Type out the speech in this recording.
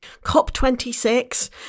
COP26